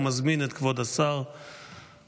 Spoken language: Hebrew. אני מזמין את כבוד השר לסכם